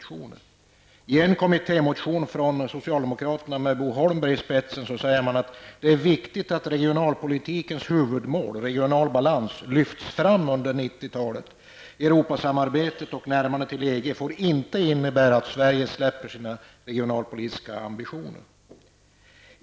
I en kommittémotion från socialdemokraterna med Bo Holmberg i spetsen sägs t.ex.: ''Det är viktigt att regionalpolitikens huvudmål -- regional balans -- lyfts fram under 1990-talet. Europasamarbetet och närmandet till EG får inte innebära att Sverige släpper sina regionalpolitiska ambitioner.''